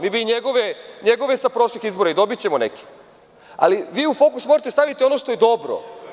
Mi bi i njegove sa prošlih izbora i dobićemo neke, ali vi u fokus morate da stavite ono što je dobro.